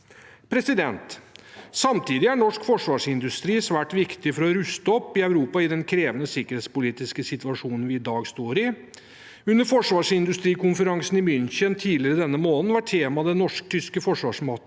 i Europa. Samtidig er norsk forsvarsindustri svært viktig for å ruste opp i Europa i den krevende sikkerhetspolitiske situasjonen vi i dag står i. Under forsvarsindustrikonferansen i München tidligere denne måneden var temaet norsk-tysk forsvarsmateriell